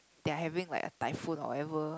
their having like a typhoon whatever